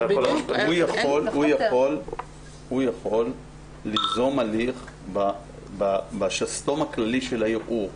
הוא יכול ליזום הליך בשסתום הכללי של הערעור.